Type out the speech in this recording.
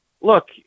look